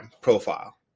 profile